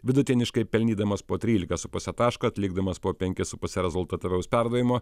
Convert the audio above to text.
vidutiniškai pelnydamas po tryliką su puse taško atlikdamas po penkis su puse rezultatyvaus perdavimo